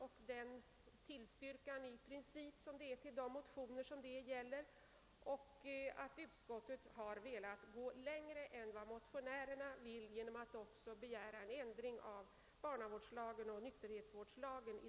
Utskottets ställningstagande innebär i princip att de motioner som det här gäller tillstyrks; utskottet har dock velat gå längre än motionärerna och begär en ändring av barnavårdslagen och nykterhetsvårdslagen.